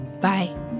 Bye